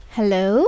Hello